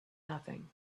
nothing